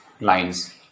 lines